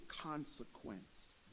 consequence